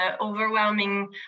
overwhelming